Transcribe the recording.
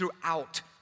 throughout